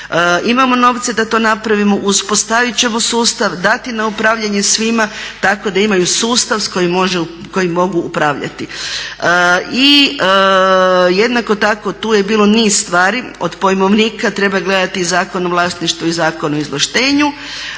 imamo novce da to napravimo, uspostaviti ćemo sustav, dati na upravljanje svima tako da imaju sustav kojim mogu upravljati. I jednako tako tu je bilo niz stvari, od pojmovnika treba gledati Zakon o vlasništvu i Zakon o izvlaštenju.